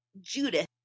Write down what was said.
Judith